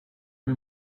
mir